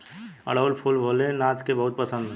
अढ़ऊल फूल भोले नाथ के बहुत पसंद ह